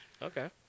Okay